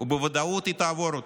ובוודאות היא תעבור אותו.